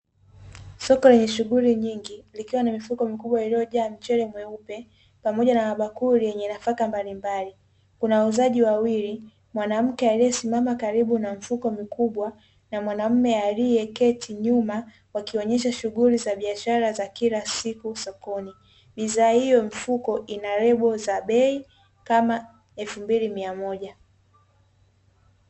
Soko lenye shughuli nyingi, likiwa na mifuko iliyojaa mchele mweupe pamoja na mabakuli yenye nafaka mbalimbali. Kuna wauzaji wawili, mwanamke aliyesimama karibu na mfuko mkubwa na mwanaume aliyeketi nyuma, wakionesha shughuli za biashara za kila siku sokoni. Bidhaa hiyo mfuko ina lebo za bei kama elfu mbili mia moja.